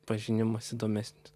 pažinimas įdomesnis